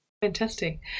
Fantastic